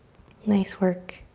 nice work.